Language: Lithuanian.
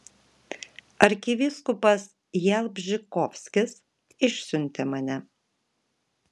arkivyskupas jalbžykovskis išsiuntė mane